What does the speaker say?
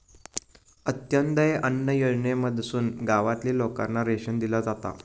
अंत्योदय अन्न योजनेमधसून गावातील लोकांना रेशन दिला जाता